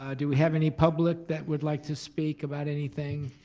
um do we have any public that would like to speak about anything?